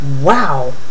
Wow